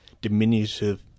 diminutive